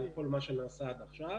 על כל מה שנעשה עד עכשיו,